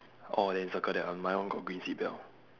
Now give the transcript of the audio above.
orh then you circle that my one got green seatbelt